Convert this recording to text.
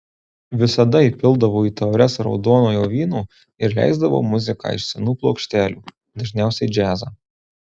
visada įpildavo į taures raudonojo vyno ir leisdavo muziką iš senų plokštelių dažniausiai džiazą